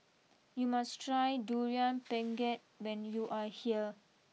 you must try Durian Pengat when you are here